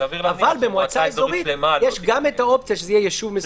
אבל במועצה אזורית יש גם אופציה שזה יהיה יישוב מסוים,